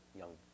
young